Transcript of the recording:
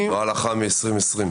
נוהל אח"מ מ-2020.